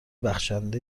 بخشنده